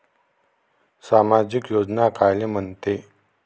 सामाजिक योजना कायले म्हंते?